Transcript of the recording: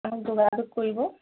আপুনি যোগাযোগ কৰিব